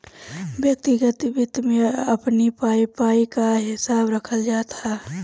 व्यक्तिगत वित्त में अपनी पाई पाई कअ हिसाब रखल जात हवे